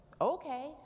okay